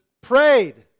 prayed